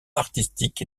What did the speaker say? artistique